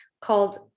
called